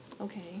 okay